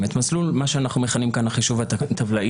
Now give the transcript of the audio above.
- את המסלול אותו אנחנו מכנים כאן החישוב הטבלאי,